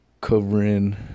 covering